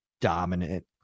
dominant